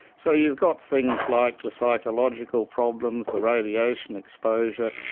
so you've got things like the psychological problems, the radiation exposure,